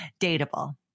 Dateable